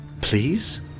Please